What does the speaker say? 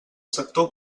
sector